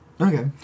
Okay